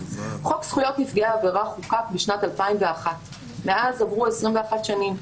חוק זכויות נפגעי עבירה חוקק בשנת 2001. מאז עברו 21 שנים.